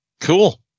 Cool